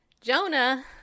Jonah